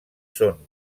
són